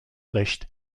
recht